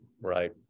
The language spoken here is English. right